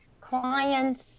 clients